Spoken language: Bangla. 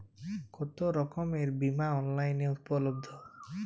কতোরকমের বিমা অনলাইনে উপলব্ধ?